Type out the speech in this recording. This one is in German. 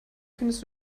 findest